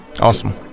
Awesome